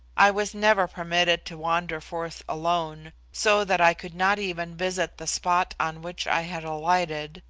i was never permitted to wander forth alone, so that i could not even visit the spot on which i had alighted,